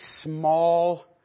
small